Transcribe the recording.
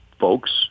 folks